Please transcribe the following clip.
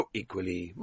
equally. (